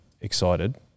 excited